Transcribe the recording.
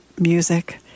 music